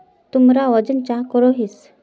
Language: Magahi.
तुमरा वजन चाँ करोहिस?